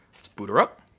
let's boot her up.